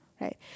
right